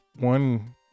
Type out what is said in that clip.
one